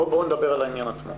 בואו נדבר על העניין עצמו.